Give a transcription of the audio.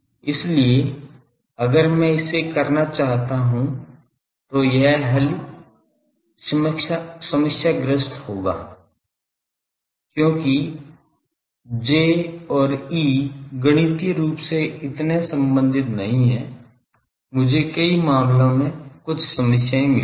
इसलिए अगर मैं इसे करना चाहता हूं तो यह समस्याग्रस्त होगा क्योंकि J और E गणितीय रूप से इतने संबंधित नहीं हैं मुझे कई मामलों में कुछ समस्याएं मिलेंगी